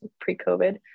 pre-COVID